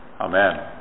Amen